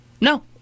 No